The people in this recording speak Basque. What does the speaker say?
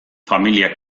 familia